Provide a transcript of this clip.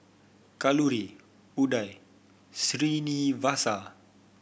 Kalluri Udai Srinivasa